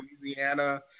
Louisiana